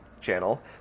channel